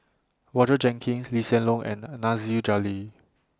Roger Jenkins Lee Hsien Loong and Nasir Jalil